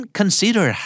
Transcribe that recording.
consider